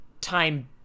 time